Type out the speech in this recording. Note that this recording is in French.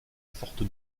forte